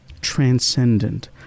Transcendent